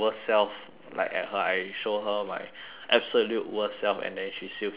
like at her I show her my absolute worst self and then she still can accept me